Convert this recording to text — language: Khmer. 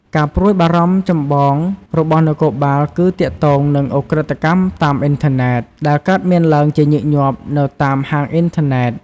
ការព្រួយបារម្ភចម្បងរបស់នគរបាលគឺទាក់ទងនឹង ឧក្រិដ្ឋកម្មតាមអ៊ីនធឺណិត ដែលកើតមានឡើង ជាញឹកញាប់ នៅតាម ហាងអ៊ីនធឺណិត។